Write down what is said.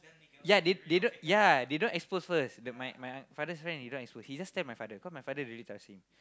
ya they they don't ya they don't expose first the my my father's friend did not expose he just tell my father cause my father really trust him